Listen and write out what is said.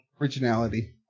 originality